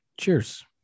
cheers